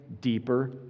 deeper